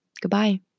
Goodbye